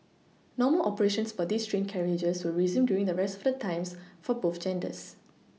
normal operations for these train carriages will resume during the rest of the times for both genders